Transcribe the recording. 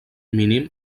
mínim